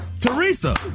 Teresa